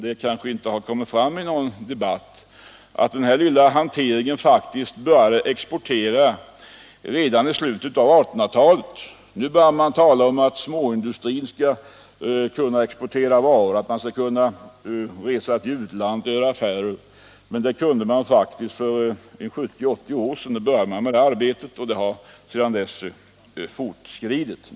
Det kanske inte har kommit fram i debatten att den här lilla branschen faktiskt började exportera redan i slutet av 1800-talet. Nu börjar man tala om att småindustrin skall exportera varor, och stora ansträngningar görs i den riktningen. Men svenska glasbruk exporterade redan för 70-80 år sedan, och exporten har sedan dess successivt utvecklats.